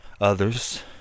others